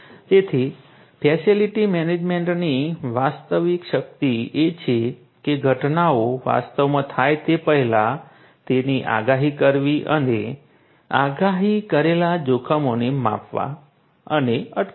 તેથી ફેસિલિટી મેનેજમેન્ટની વાસ્તવિક શક્તિ એ છે કે ઘટનાઓ વાસ્તવમાં થાય તે પહેલાં તેની આગાહી કરવી અને આગાહી કરાયેલા જોખમોને માપવા અને અટકાવવા